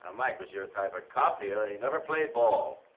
um mike was your type of cop, yeah and he never played ball.